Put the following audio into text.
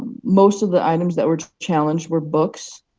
most of the items that were challenged were books,